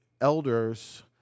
elders